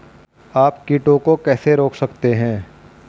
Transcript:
आप कीटों को कैसे रोक सकते हैं?